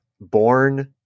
born